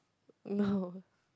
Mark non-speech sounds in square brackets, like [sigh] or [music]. no [laughs]